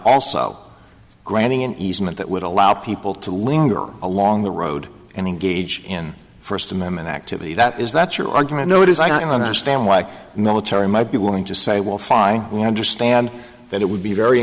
also granting an easement that would allow people to linger along the road and engage in first amendment activity that is that's your argument no it is i don't understand why no terry might be willing to say well fine we understand that it would be very